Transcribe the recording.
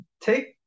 Take